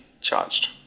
charged